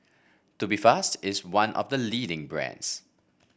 Tubifast is one of the leading brands